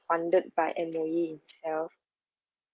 funded by M_O_E itself